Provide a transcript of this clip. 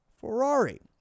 Ferrari